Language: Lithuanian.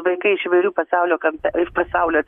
vaikai iš įvairių pasaulio kampe iš pasaulio